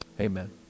Amen